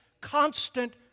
constant